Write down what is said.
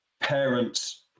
parents